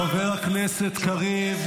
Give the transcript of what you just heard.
חבר הכנסת קריב.